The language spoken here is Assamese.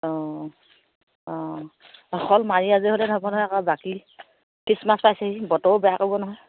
অঁ অঁ ওখোন মাৰি আজি হ'লে হ'ব নহয় আকৌ বাকী কিচমাছ পাইছেহি বতৰও বেয়া কৰিব নহয়